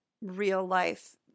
real-life